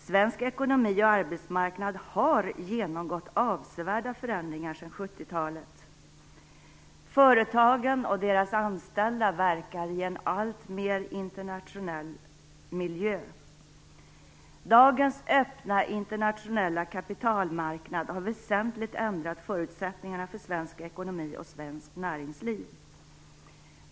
Svensk ekonomi och arbetsmarknad har genomgått avsevärda förändringar sedan 1970-talet. Företagen och deras anställda verkar i en alltmer internationell miljö. Dagens öppna internationella kapitalmarknad har väsentligt ändrat förutsättningarna för svensk ekonomi och svenskt näringsliv.